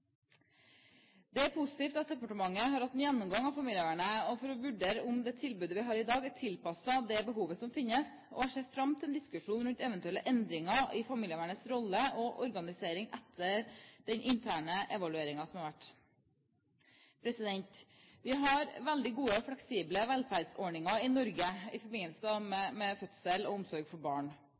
Det er positivt at departementet har hatt en gjennomgang av familievernet for å vurdere om det tilbudet vi har i dag, er tilpasset det behovet som finnes, og jeg ser fram til en diskusjon rundt eventuelle endringer i familievernets rolle og organisering etter den interne evalueringen som har vært. Vi har i Norge veldig gode og fleksible velferdsordninger i forbindelse med fødsel og omsorg for barn,